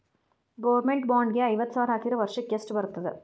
Government bond ಗೆ ಐವತ್ತ ಸಾವ್ರ್ ಹಾಕಿದ್ರ ವರ್ಷಕ್ಕೆಷ್ಟ್ ಬರ್ತದ?